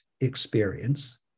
experience